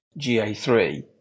GA3